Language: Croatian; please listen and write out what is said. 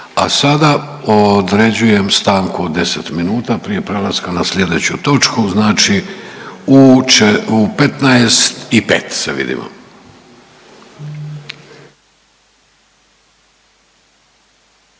A sada određujem stanku od deset minuta prije prelaska na sljedeću točku, znači u 15,05 se vidimo.